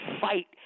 fight